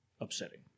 upsetting